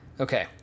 Okay